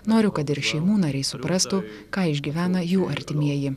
noriu kad ir šeimų nariai suprastų ką išgyvena jų artimieji